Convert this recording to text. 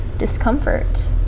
discomfort